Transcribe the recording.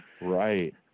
Right